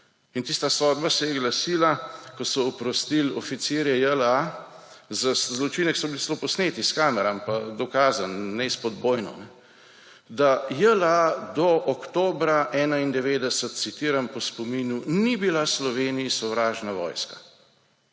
in tista sodba se je glasila, ko so oprostili oficirje JLA za zločine, ki so bili celo posneti s kamerami pa dokazani neizpodbojno, da JLA do oktobra 1991, citiram po spominu: »ni bila Sloveniji sovražna vojska.«